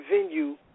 venue